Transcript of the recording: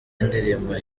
indirimbo